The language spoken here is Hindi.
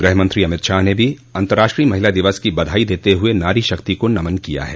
गृह मंत्री अमित शाह ने भी अंतर्राष्ट्रीय महिला दिवस की बधाई देते हुए नारी शक्ति को नमन किया है